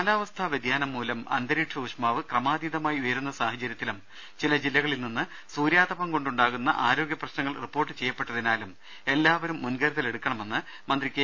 കാലാവസ്ഥാ വൃതിയാനംമൂലം അന്തരീക്ഷ ഊഷ്മാവ് ക്രമാതീത മായി ഉയരുന്ന സാഹചര്യത്തിലും ചില ജില്ലകളിൽനിന്ന് സൂര്യാതപം കൊണ്ടുണ്ടാകുന്ന ആരോഗ്യപ്രശ്നങ്ങൾ റിപ്പോർട്ട് ചെയ്യപ്പെട്ടതിനാലും എല്ലാവരും മുൻകരുതലെടുക്കണമെന്ന് മന്ത്രി കെ